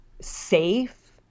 safe